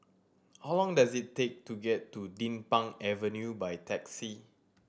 how long does it take to get to Din Pang Avenue by taxi